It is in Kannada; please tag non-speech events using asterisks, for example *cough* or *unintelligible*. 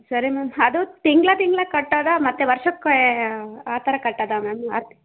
ಸರಿ ಮ್ಯಾಮ್ ಅದು ತಿಂಗ್ಳ ತಿಂಗ್ಳ ಕಟ್ಟೋದಾ ಮತ್ತೆ ವರ್ಷಕ್ಕೇ ಆ ಥರ ಕಟ್ಟೋದಾ ಮ್ಯಾಮ್ *unintelligible*